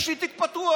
יש לי תיק פתוח.